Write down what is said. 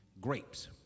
grapes